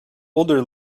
older